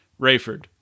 Rayford